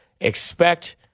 expect